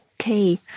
Okay